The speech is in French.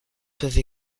peuvent